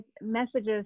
messages